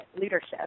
leadership